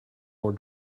war